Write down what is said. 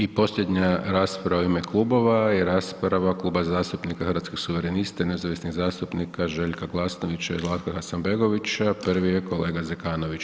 I posljednja rasprava u ime klubova je rasprava Kluba zastupnika Hrvatskih suverenista i nezavisnih zastupnika Željka Glasnovića i Zlatka Hasanbegovića, prvi je kolega Zekanović.